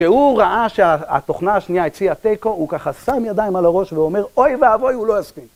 כשהוא ראה שהתוכנה השנייה הציעה תיקו, הוא ככה שם ידיים על הראש ואומר, אוי ואבוי הוא לא הסכים.